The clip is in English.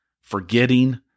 forgetting